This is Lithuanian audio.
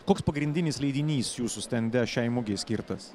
koks pagrindinis leidinys jūsų stende šiai mugei skirtas